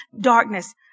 darkness